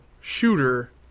shooter